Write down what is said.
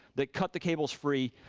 they cut the cables free.